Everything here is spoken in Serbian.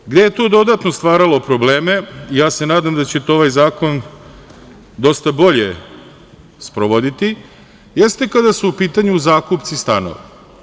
Ono gde je tu dodatno stvaralo probleme, ja se nadam da ćete ovaj zakon dosta bolje sprovoditi, jeste kada su u pitanju zakupci stanova.